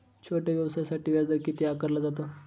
छोट्या व्यवसायासाठी व्याजदर किती आकारला जातो?